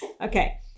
Okay